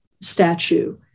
statue